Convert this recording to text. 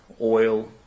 oil